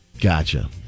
Gotcha